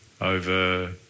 over